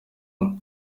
hamwe